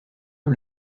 peu